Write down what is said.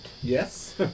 Yes